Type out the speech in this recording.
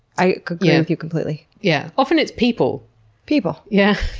i agree with you completely. yeah. often, it's people people? yeah.